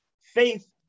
faith